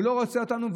הוא לא רוצה אותנו,